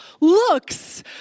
looks